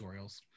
Tutorials